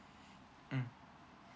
mm